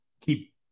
keep